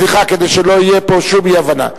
סליחה, כדי שלא תהיה פה שום אי-הבנה.